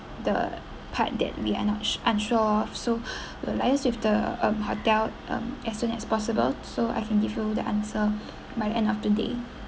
the part that we are not unsure so we'll liase with the um hotel um as soon as possible so I can give you the answer by end of today